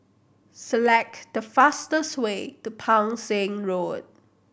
select the fastest way to Pang Seng Road